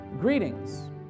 greetings